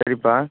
சரிப்பா